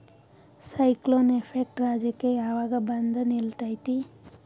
Cyclone effect ರಾಜ್ಯಕ್ಕೆ ಯಾವಾಗ ಬಂದ ನಿಲ್ಲತೈತಿ?